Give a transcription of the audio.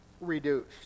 reduced